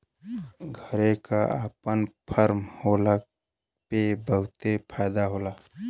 घरे क आपन फर्म होला पे बहुते फायदा होला